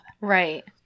Right